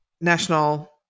national